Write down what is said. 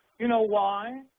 you know why?